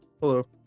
Hello